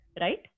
Right